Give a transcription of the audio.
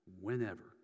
whenever